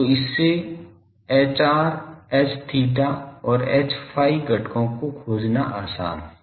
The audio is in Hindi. तो इससे Hr Hθ और Hϕ घटकों को खोजना आसान है